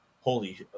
holy